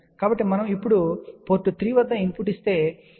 కాబట్టి మనము ఇప్పుడు పోర్ట్ 3 వద్ద ఇన్పుట్ ఇచ్చినప్పుడు